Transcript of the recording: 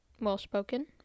well-spoken